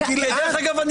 דרך אגב,